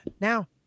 now